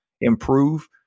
improve